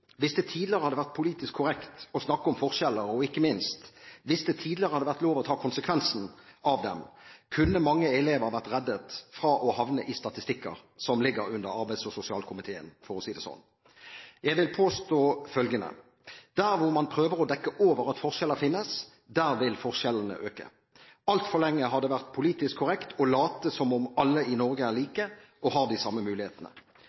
hvis det tidligere hadde vært politisk korrekt å snakke om forskjeller, og – ikke minst – hvis det tidligere hadde vært lov å ta konsekvensen av det, kunne mange elever vært reddet fra å havne i statistikker som ligger under arbeids- og sosialkomiteen, for å si det sånn. Jeg vil påstå følgende: Der hvor man prøver å dekke over at forskjeller finnes, vil forskjellene øke. Altfor lenge har det vært politisk korrekt å late som om alle i Norge er like og har de samme mulighetene.